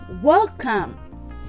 welcome